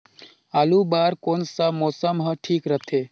आलू बार कौन सा मौसम ह ठीक रथे?